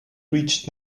reached